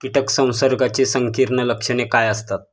कीटक संसर्गाची संकीर्ण लक्षणे काय असतात?